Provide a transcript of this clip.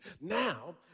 Now